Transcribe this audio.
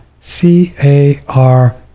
C-A-R-